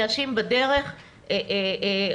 או